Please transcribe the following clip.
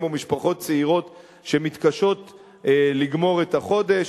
או משפחות צעירות שמתקשות לגמור את החודש.